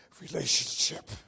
relationship